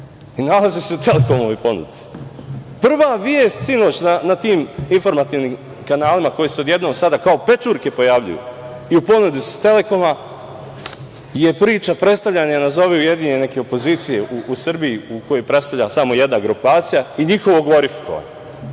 i nalaze se u "Telekomovoj" ponudi. Prva vest sinoć na tim informativnim kanalima koji su se odjednom sada kao pečurke pojavljuju i u ponudi su "Telekoma", je priča predstavljanja nazovi ujedinjene neke opozicije u Srbiji koju predstavlja samo jedna grupacija i njihovog glorifikovanja.